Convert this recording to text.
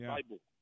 Bible